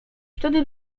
wtedy